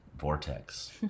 vortex